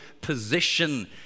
position